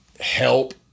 help